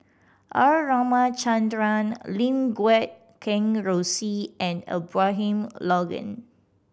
R Ramachandran Lim Guat Kheng Rosie and Abraham Logan